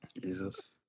Jesus